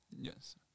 Yes